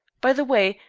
by the way,